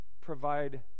provide